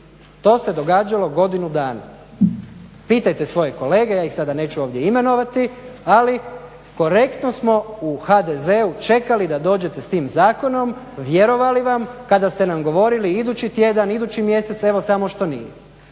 To se događalo godinu dana. Pitajte svoje kolege, ja ih neću sada ovdje imenovati, ali korektno smo u HDZ-u čekali da dođete sa tim zakonom, vjerovali vam kada ste govorili idući tjedan, idući mjesec, evo samo što nije.